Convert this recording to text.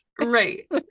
right